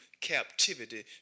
captivity